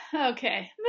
Okay